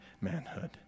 manhood